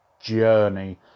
journey